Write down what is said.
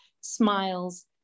smiles